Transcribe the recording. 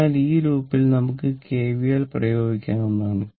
അതിനാൽ ഈ ലൂപ്പിൽ നമുക്ക് കെവിഎൽ പ്രയോഗിക്കാവുന്നതാണ്